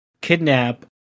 kidnap